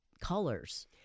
colors